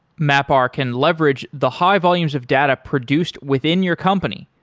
mapr can leverage the high volumes of data produced within your company,